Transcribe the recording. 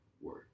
work